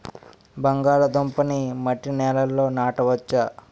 బంగాళదుంప నీ మట్టి నేలల్లో నాట వచ్చా?